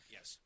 Yes